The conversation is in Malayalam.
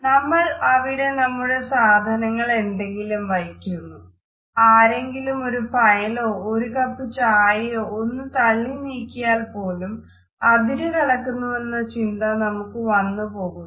നമ്മൾ അവിടെ നമ്മുടെ സാധനങ്ങൾ എന്തെങ്കിലും വയ്ക്കുന്നു ആരെങ്കിലും ഒരു ഫയലോ ഒരു കപ്പ് ചായയോ ഒന്ന് തള്ളി നീക്കിയാൽപ്പോലും അതിരുകടന്നുവെന്ന ചിന്ത നമുക്ക് വന്നു പോകുന്നു